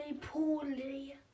poorly